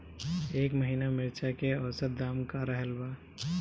एह महीना मिर्चा के औसत दाम का रहल बा?